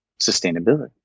sustainability